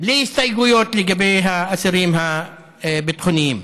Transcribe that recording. בלי הסתייגויות לגבי האסירים הביטחוניים.